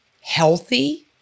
healthy